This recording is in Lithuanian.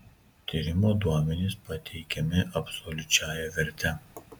tyrimo duomenys pateikiami absoliučiąja verte